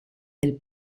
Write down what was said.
del